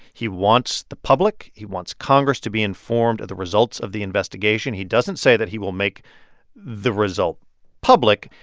he wants the public he wants congress to be informed of the results of the investigation. he doesn't say that he will make the result public.